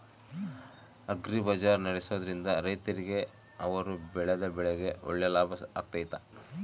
Agri Bazaar ನಡೆಸ್ದೊರಿಂದ ರೈತರಿಗೆ ಅವರು ಬೆಳೆದ ಬೆಳೆಗೆ ಒಳ್ಳೆ ಲಾಭ ಆಗ್ತೈತಾ?